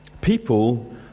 People